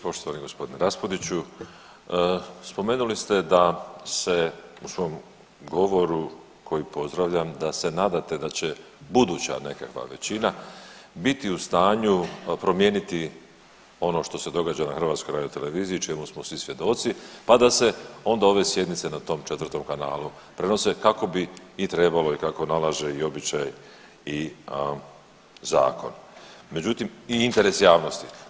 Poštovani g. Raspudiću spomenuli ste da se u svom govoru koji pozdravljam da se nadate da će buduća nekakva većina biti u stanu promijeniti ono što se događa na HRT-u čemu smo svi svjedoci, pa da se onda ove sjednice na tom 4. kanalu prenose kako bi i trebalo i kako nalaže običaj i zakon i interes javnosti.